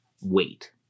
wait